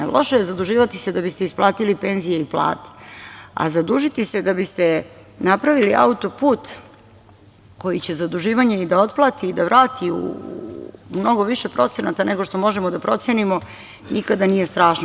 Loše je zaduživati se da biste isplatili penzije ili plate, ali zadužiti se da biste napravili autoput koji će zaduživanje i da otplati i da vrati u mnogo više procenata nego što možemo da procenimo nikada nije strašno.